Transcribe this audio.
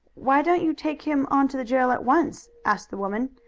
why don't you take him on to the jail at once? asked the woman.